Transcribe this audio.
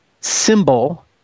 symbol